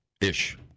Ish